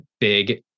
big